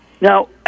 Now